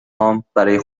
هام، برای